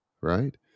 right